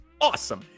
awesome